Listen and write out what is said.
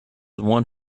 one